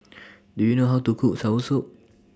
Do YOU know How to Cook Soursop